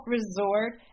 Resort